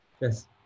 Yes